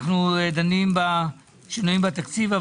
אנחנו דנים בשינויים בתקציב.